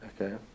Okay